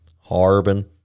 Harbin